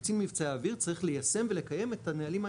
וקצין מבצעי האוויר צריך ליישם ולקיים את הנהלים האלה,